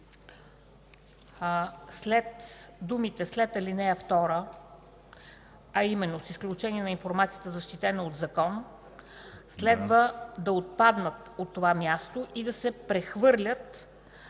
6 – думите след „ал. 2”, а именно „с изключение на информацията, защитена със закон” следва да отпаднат от това място и да се прехвърлят